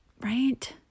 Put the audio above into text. Right